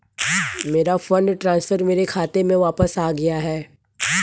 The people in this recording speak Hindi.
मेरा फंड ट्रांसफर मेरे खाते में वापस आ गया है